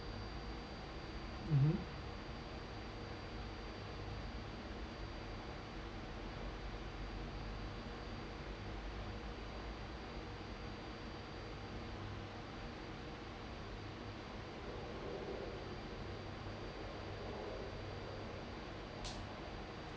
mmhmm